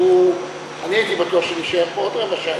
כי אני הייתי בטוח שנישאר פה עוד רבע שעה,